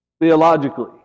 theologically